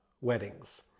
weddings